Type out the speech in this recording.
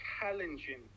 challenging